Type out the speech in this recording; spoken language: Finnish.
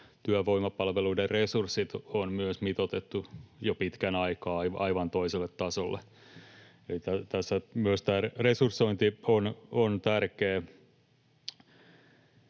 työvoimapalveluiden resurssit on myös mitoitettu jo pitkän aikaa aivan toiselle tasolle. Tässä myös tämä resursointi on tärkeä